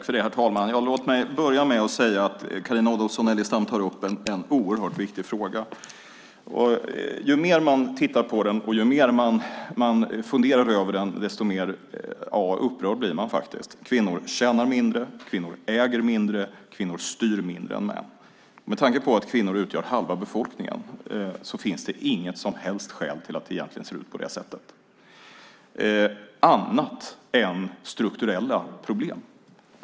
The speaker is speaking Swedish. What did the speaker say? Herr talman! Carina Adolfsson Elgestam tar upp en oerhört viktig fråga. Ju mer man tittar på den och ju mer man funderar över den desto mer upprörd blir man Kvinnor tjänar mindre, kvinnor äger mindre och kvinnor styr mindre än män. Med tanke på att kvinnor utgör halva befolkningen finns det egentligen inget skäl till att det ser ut på det sättet - annat än strukturella problem.